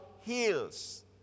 heals